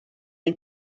ein